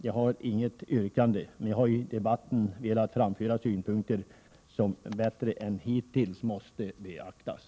Jag har alltså inget yrkande, men jag har i debatten velat framföra synpunkter som bättre än hittills måste beaktas.